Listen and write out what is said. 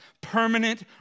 permanent